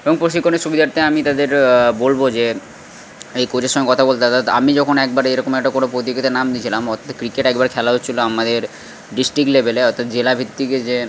এবং প্রশিক্ষণের সুবিধার্থে আমি তাদের বলব যে এই কোচের সঙ্গে কথা বলতে আমি যখন একবার এরকম একটা কোনো প্রতিযোগিতায় নাম দিয়েছিলাম ক্রিকেট একবার খেলা হচ্ছিল আমাদের ডিস্ট্রিক্ট লেভেলে অর্থাৎ জেলাভিত্তিকে যে